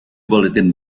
bulletin